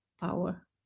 power